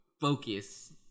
focus